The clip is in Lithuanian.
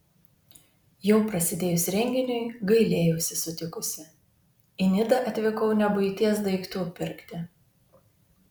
jau prasidėjus renginiui gailėjausi sutikusi į nidą atvykau ne buities daiktų pirkti